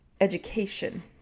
education